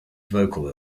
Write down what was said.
vocal